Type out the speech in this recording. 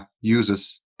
users